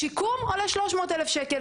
השיקום עולה 300,000 שקלים.